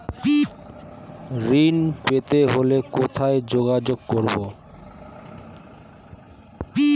ঋণ পেতে হলে কোথায় যোগাযোগ করব?